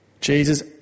jesus